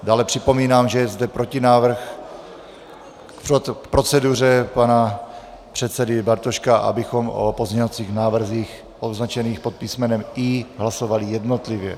Dále připomínám, že je zde protinávrh k proceduře pana předsedy Bartoška, abychom o pozměňovacích návrzích označených pod písmenem I hlasovali jednotlivě.